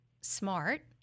smart